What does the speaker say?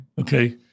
okay